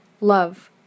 love